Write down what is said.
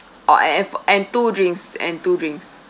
oh and F~ and two drinks and two drinks